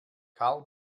karl